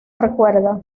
recuerda